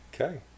Okay